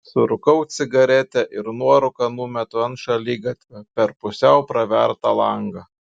surūkau cigaretę ir nuorūką numetu ant šaligatvio per pusiau pravertą langą